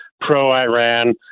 pro-iran